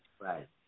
Right